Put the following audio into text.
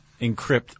encrypt